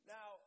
Now